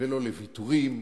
ולא לוויתורים,